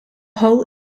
hole